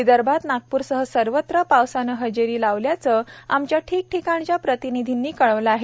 विदर्भात नागपूरसह सर्वत्र पावसाने हजरेई लावलायचे आमच्या ठिकठिकाणच्या प्रतिनिधीने सांगितले आहे